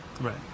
Right